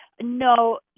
No